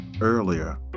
earlier